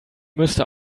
müsste